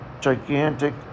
gigantic